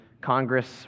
Congress